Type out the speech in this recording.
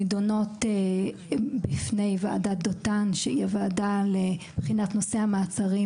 נידונות בפני ועדת דותן שהיא הוועדה לבחינת נושא המעצרים